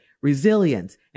resilience